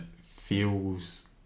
feels